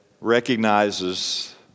recognizes